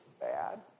bad